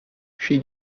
she